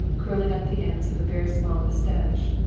curling up the ends of a very small mustache,